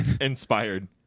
Inspired